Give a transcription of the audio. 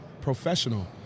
professional